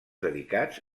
dedicats